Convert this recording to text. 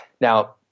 Now